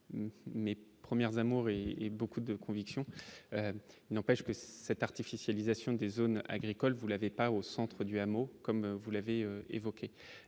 mais premières amours et beaucoup de conviction, n'empêche que cette artificialisation des zones agricoles, vous l'avez pas au centre du hameau, comme vous l'avez évoqué